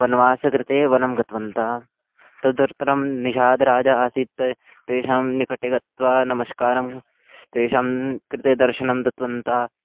वनवासस्य कृते वनं गतवन्तः तदर्थं निशादराजः आसीत् तेषां निकटे गत्वा नमस्कारं तेषां कृते दर्शनं दत्तवन्तः